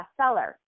bestseller